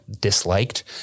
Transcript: disliked